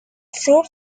sur